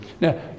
now